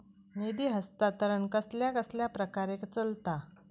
निधी हस्तांतरण कसल्या कसल्या प्रकारे चलता?